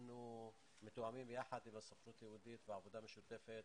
אנחנו מתואמים יחד עם הסוכנות היהודית בעבודה משותפת